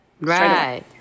right